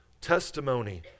testimony